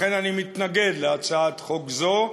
לכן אני מתנגד להצעת חוק זו,